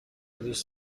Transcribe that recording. دوست